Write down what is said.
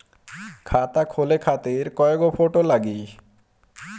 खाता खोले खातिर कय गो फोटो लागी?